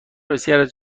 بسیاری